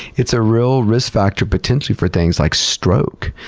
it's a real risk factor potentially for things like stroke.